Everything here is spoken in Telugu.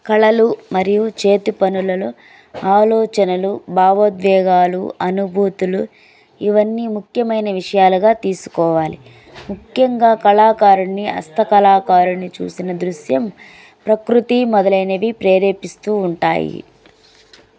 కళలు మరియు చేతి పనులలో ఆలోచనలు భావోద్వేగాలు అనుభూతులు ఇవన్నీ ముఖ్యమైన విషయాలుగా తీసుకోవాలి ముఖ్యంగా కళాకారుడిని హస్త కళాకారుడిని చూసిన దృశ్యం ప్రకృతి మొదలైనవి ప్రేరేపిస్తూ ఉంటాయి